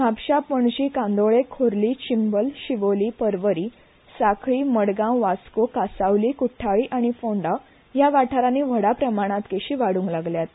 म्हापेशें पणजी कांदोळे खोर्ली चिंबल शिवोली परवरी सांखळी मडगांव वास्को कांसावली कुठ्ठाळी आनी फोंडें ह्या वाठारांती व्हड प्रमाणांत केशी वाडूंक लागल्यात